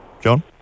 John